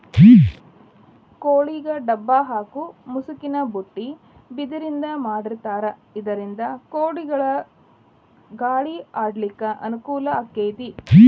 ಕೋಳಿಗೆ ಡಬ್ಬ ಹಾಕು ಮುಸುಕಿನ ಬುಟ್ಟಿ ಬಿದಿರಿಂದ ಮಾಡಿರ್ತಾರ ಇದರಿಂದ ಕೋಳಿಗಳಿಗ ಗಾಳಿ ಆಡ್ಲಿಕ್ಕೆ ಅನುಕೂಲ ಆಕ್ಕೆತಿ